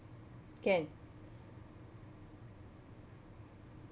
can